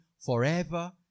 forever